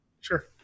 Sure